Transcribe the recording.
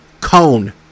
Cone